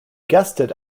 guested